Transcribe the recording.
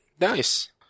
Nice